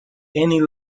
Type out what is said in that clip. any